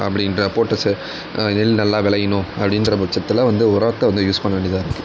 அப்படின்ற போட்ட செ எள் நல்லா விளையணும் அப்படின்ற பட்சத்தில் வந்து உரத்தை வந்து யூஸ் பண்ண வேண்டியதாக இருக்குது